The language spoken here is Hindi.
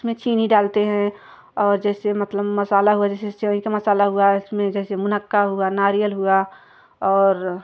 उसमें चीनी डालते हैं और जैसे मतलब मसाला हुआ जैसे सेवई का मसाला हुआ उसमें जैसे मक्का हुआ नारियल हुआ और